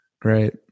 Great